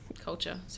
culture